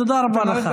תודה רבה לך.